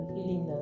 Healing